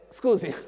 scusi